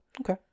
Okay